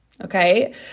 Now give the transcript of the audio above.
okay